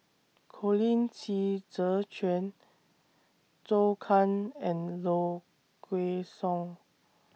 Colin Qi Zhe Quan Zhou Can and Low Kway Song